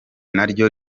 naryo